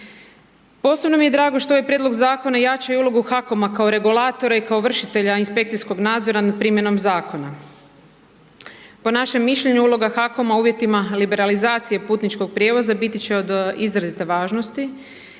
Posebno mi je drago što i ovaj prijedlog zakona jača i ulogu HAKOM-a kao regulatora i kao vršitelja inspekcijskog nadzora nad primjenom zakona. Po našem mišljenju uloga HAKOM-a u uvjetima liberalizacije putničkog prijevoza biti će od izrazite važnosti